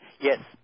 Yes